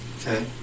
Okay